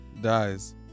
dies